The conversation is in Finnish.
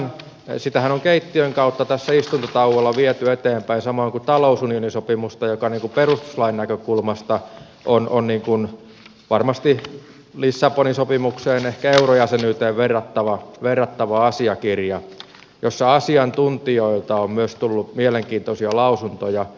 sitähän on keittiön kautta tässä istuntotauolla viety eteenpäin samoin kuin talousunionisopimusta joka perustuslain näkökulmasta on varmasti lissabonin sopimukseen ehkä eurojäsenyyteen verrattava asiakirja ja siinä asiantuntijoilta on myös tullut mielenkiintoisia lausuntoja